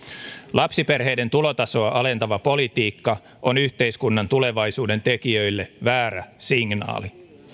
lapsiperheiden tulotasoa alentava politiikka on yhteiskunnan tulevaisuuden tekijöille väärä signaali